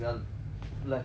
left with almost one minute